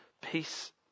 peace